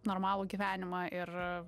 normalų gyvenimą ir